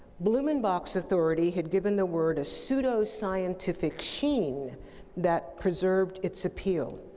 blumenbach's authority had given the word a pseudo-scientific sheen that preserved its appeal.